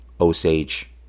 Osage